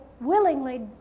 willingly